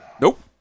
Nope